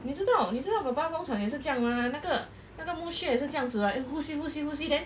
你知道你知道 papa 工场也是这样 mah 那个那个木屑也是这样子 what 呼吸呼吸呼吸 then